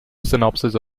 synopsis